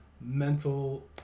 mental